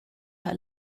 her